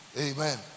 Amen